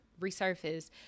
resurface